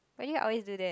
why do you always do that